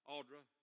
Audra